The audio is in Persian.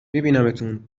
میبینمتون